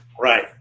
Right